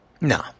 No